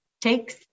takes